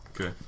okay